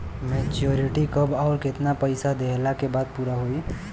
Maturity कब आउर केतना पईसा देहला के बाद पूरा होई?